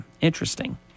Interesting